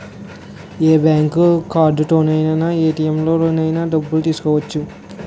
ఏ bank కార్డుతోనైన ఏ ATM లోనైన డబ్బులు తీసుకోవచ్చు